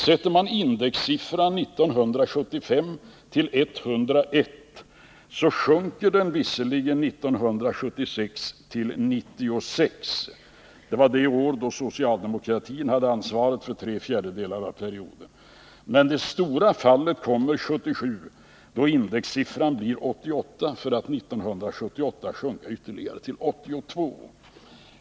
Sätter man indexsiffran år 1975 till 101, så sjunker den visserligen 1976 till 96. Socialdemokratin hade ansvaret för tre fjärdedelar av det året. Men det stora fallet kommer 1977, då indexsiffran blir 88, för att 1978 sjunka ytterligare till 82.